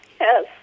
Yes